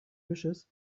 wishes